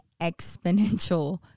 exponential